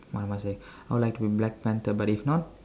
what am I saying I would like to be black panther but if not